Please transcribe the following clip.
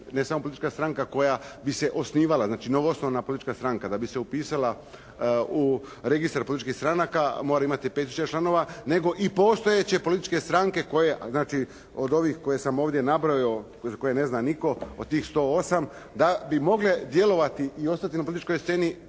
ne samo politička stranka koja bi se osnivala, znači novoosnovana politička stranka da bi se upisala u registar političkih stranaka mora imati 5 tisuća članova nego i postojeće političke stranke koje, znači od ovih koje sam ovdje nabrojao, za koje ne zna nitko, od tih 108 da bi mogle djelovati i ostati na političkoj sceni